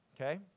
okay